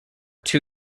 too